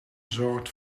zorgt